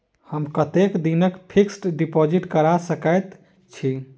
हम कतेक दिनक फिक्स्ड डिपोजिट करा सकैत छी?